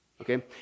okay